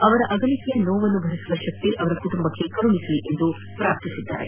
ಅವರ ಅಗಲಿಕೆಯ ನೋವನ್ನು ಭರಿಸುವ ಶಕ್ತಿ ಅವರ ಕುಟುಂಬಕ್ಕೆ ಕರುಣಿಸಲಿ ಎಂದು ಪ್ರಾರ್ಥಿಸಿದ್ದಾರೆ